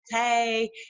Hey